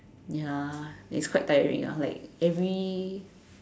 ya it's quite tiring ah like every